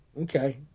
Okay